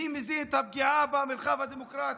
מי מזין את הפגיעה במרחב הדמוקרטי.